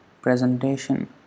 Presentation